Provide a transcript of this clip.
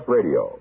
Radio